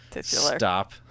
stop